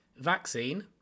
Vaccine